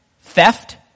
theft